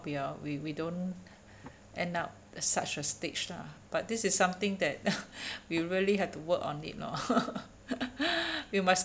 we are we we don't end up such a stage lah but this is something that we really have to work on it lor we must